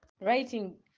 Writing